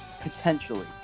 Potentially